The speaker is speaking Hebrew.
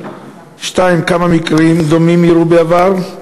2. כמה מקרים דומים אירעו בעבר?